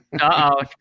Uh-oh